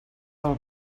del